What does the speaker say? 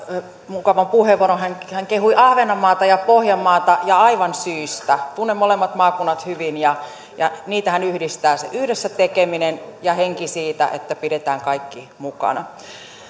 mukavan puheenvuoron hän hän kehui ahvenanmaata ja pohjanmaata ja aivan syystä tunnen molemmat maakunnat hyvin ja ja niitähän yhdistää se yhdessä tekeminen ja henki siitä että pidetään kaikki mukana